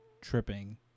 tripping